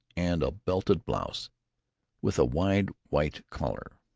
and a belted blouse with a wide white collar.